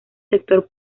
sector